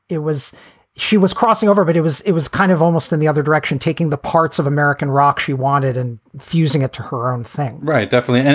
it was she was crossing over. but it was it was kind of almost in the other direction, taking the parts of american rock she wanted and fusing it to her own thing right. definitely. and